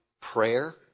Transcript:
prayer